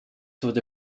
wurde